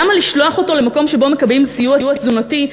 למה לשלוח אותו למקום שבו מקבלים סיוע תזונתי,